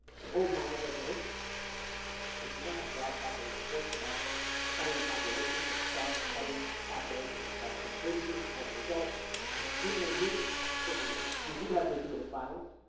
the old model doesn't work because you don't have broad popular support. you have cutting populations or crosscutting populations and crosscutting cleavages as a result even in new civil wars you do have gratuitous violence.